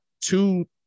two